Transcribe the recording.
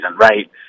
right